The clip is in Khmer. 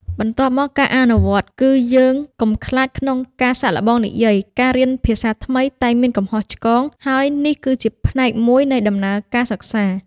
បន្ទាប់មកការអនុវត្តន៍ គឺយើងកុំខ្លាចក្នុងការសាកល្បងនិយាយ ការរៀនភាសាថ្មីតែងមានកំហុសឆ្គង ហើយនេះគឺជាផ្នែកមួយនៃដំណើរការសិក្សា។